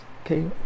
Okay